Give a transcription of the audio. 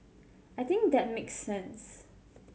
I think that makes sense